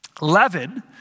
Leaven